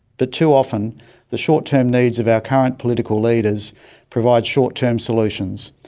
but too often the short term needs of our current political leaders provide short-term solutions,